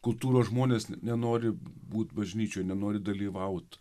kultūros žmonės nenori būti bažnyčia nenori dalyvauti